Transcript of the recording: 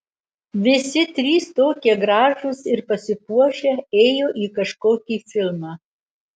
visi trys tokie gražūs ir pasipuošę ėjo į kažkokį filmą